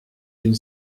une